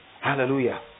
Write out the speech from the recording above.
Hallelujah